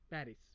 Paris